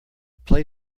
play